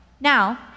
Now